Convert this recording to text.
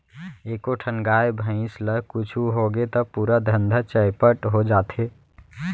एको ठन गाय, भईंस ल कुछु होगे त पूरा धंधा चैपट हो जाथे